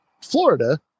Florida